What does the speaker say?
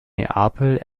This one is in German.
neapel